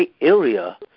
area